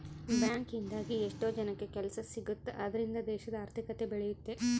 bank ಇಂದಾಗಿ ಎಷ್ಟೋ ಜನಕ್ಕೆ ಕೆಲ್ಸ ಸಿಗುತ್ತ್ ಅದ್ರಿಂದ ದೇಶದ ಆರ್ಥಿಕತೆ ಬೆಳಿಯುತ್ತೆ